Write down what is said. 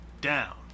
down